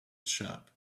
shop